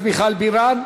חברת הכנסת מיכל בירן,